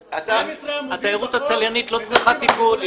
התיירות הצליינית לא צריכה טיפול,